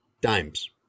dimes